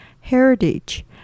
heritage